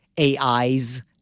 AIs